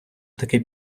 таки